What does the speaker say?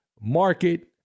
market